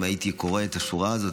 אם הייתי קורא את השורה הזאת,